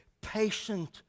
patient